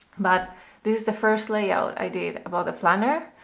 but this is the first layout i did about the planner.